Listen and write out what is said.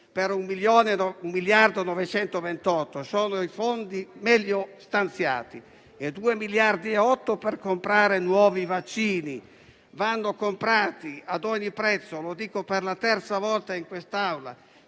per 1,928 miliardi - sono i fondi meglio stanziati - e 2,8 miliardi per comprare nuovi vaccini. I vaccini vanno comprati ad ogni prezzo: lo dico per la terza volta in quest'Aula.